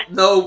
no